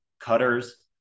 cutters